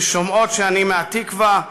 כששומעות שאני מהתקווה,